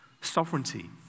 sovereignty